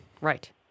Right